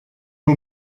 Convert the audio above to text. who